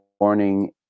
morning